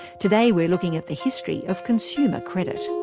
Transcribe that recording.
today we're looking at the history of consumer credit.